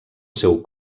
seu